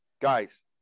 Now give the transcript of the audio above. Guys –